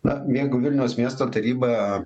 na jeigu vilniaus miesto taryba